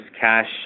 cash